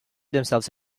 themselves